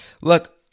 Look